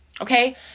Okay